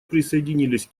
присоединились